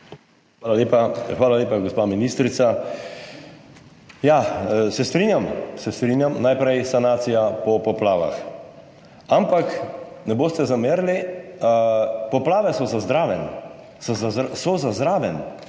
Hvala lepa, gospa ministrica. Ja, se strinjam, se strinjam, najprej sanacija po poplavah. Ampak, ne boste zamerili, poplave so za zraven,